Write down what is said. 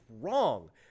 wrong